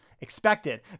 expected